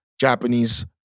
Japanese